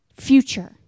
Future